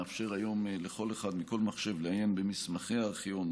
הוא מאפשר היום לכל אחד מכל מחשב לעיין במסמכי הארכיון,